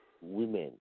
women